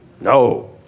No